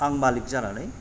आं मालिक जानानै